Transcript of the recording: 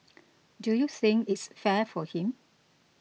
do you think its fair for him